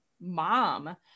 mom